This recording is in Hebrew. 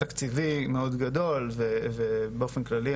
תקציבי מאוד גדול ובאופן כללי,